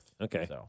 Okay